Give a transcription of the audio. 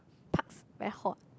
parks very hot